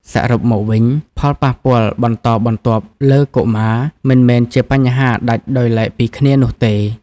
សរុបមកវិញ ផលប៉ះពាល់បន្តបន្ទាប់លើកុមារមិនមែនជាបញ្ហាដាច់ដោយឡែកពីគ្នានោះទេ។